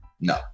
no